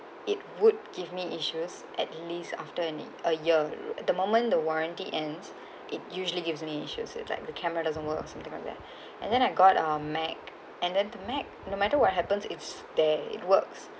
it would give me issues at least after only a year uh the moment the warranty ends it usually gives me issues with like the camera doesn't work or something like that and then I got a mac and then the mac no matter what happens it's there it works